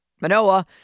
Manoa